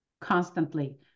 constantly